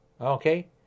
okay